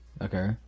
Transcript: okay